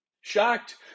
Shocked